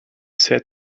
said